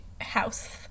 house